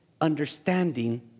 understanding